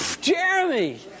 Jeremy